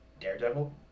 Daredevil